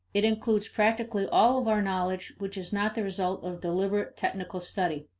it includes practically all of our knowledge which is not the result of deliberate technical study.